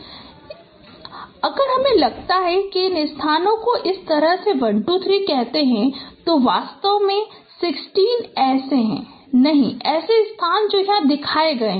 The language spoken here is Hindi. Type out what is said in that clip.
इसलिए अगर हमें लगता है कि इन स्थानों को इस तरह 1 2 3 कहते हैं तो वास्तव में 16 ऐसे हैं नहीं ऐसे स्थान जो यहां दिखाए गए हैं